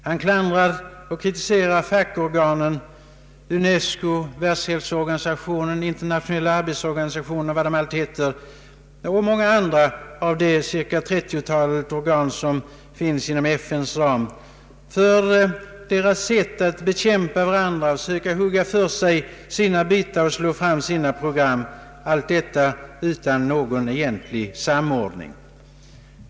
Den klandrar och kritiserar FN-organen —— UNESCO, Världshälsoorganisationen, Internationella arbetsorganisationer och vad de allt heter och många andra av de cirka 30-talet organ som finns inom FN:s ram — för deras sätt att bekämpa varandra och söka hugga för sig sina bitar och slå fram sina program, allt utan någon egentlig samordning.